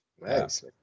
nice